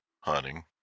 hunting